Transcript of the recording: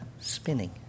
spinning